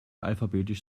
alphabetisch